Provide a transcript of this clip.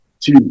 two